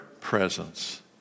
presence